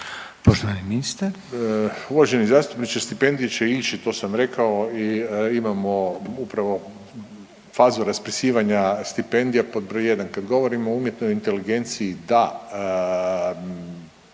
Radovan (HDZ)** Uvaženi zastupniče stipendije će ići, to sam rekao i imamo upravo fazu raspisivanja stipendija. Pod broj jedan kad govorimo o umjetnoj inteligenciji da